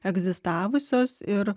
egzistavusios ir